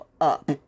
up